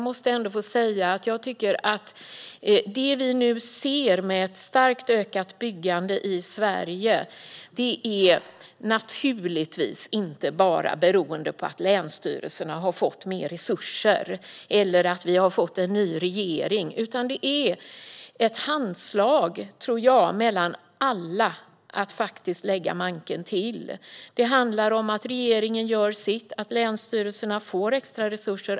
Det som vi nu ser när det gäller ett starkt ökat byggande i Sverige beror naturligtvis inte bara på att länsstyrelserna har fått mer resurser eller på att vi har fått en ny regering. Jag tror att ett handslag mellan alla om att lägga manken till ligger bakom. Regeringen gör sitt. Länsstyrelserna får extra resurser.